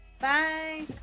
Bye